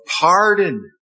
pardon